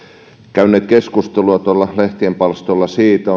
käyneet keskustelua tuolla lehtien palstoilla siitä